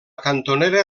cantonera